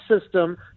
system